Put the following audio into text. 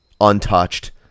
untouched